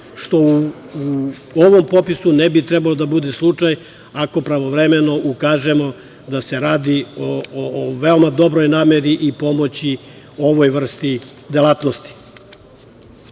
što u ovom popisu ne bi trebalo da bude slučaj, ako pravovremeno ukažemo da se radi o veoma dobroj nameri i pomoći ovoj vrsti delatnosti. Ako